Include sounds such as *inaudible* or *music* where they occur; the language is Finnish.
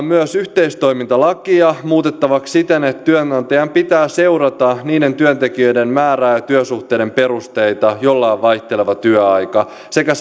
*unintelligible* myös yhteistoimintalakia muutettavaksi siten että työnantajan pitää seurata niiden työntekijöiden määrää ja työsuhteiden perusteita joilla on vaihteleva työaika sekä *unintelligible*